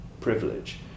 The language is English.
privilege